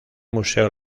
museo